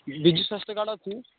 ବିଜୁ ସ୍ୱାସ୍ଥ୍ୟ କାର୍ଡ଼ ଅଛି